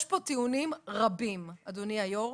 יש פה טיעונים רבים, אדוני היו"ר,